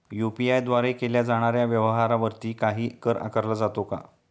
UPI द्वारे केल्या जाणाऱ्या व्यवहारावरती काही कर आकारला जातो का?